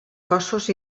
cossos